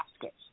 basket